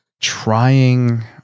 trying